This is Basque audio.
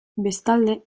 bestalde